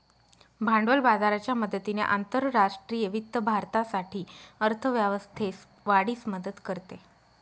भांडवल बाजाराच्या मदतीने आंतरराष्ट्रीय वित्त भारतासाठी अर्थ व्यवस्थेस वाढीस मदत करते